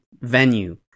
venue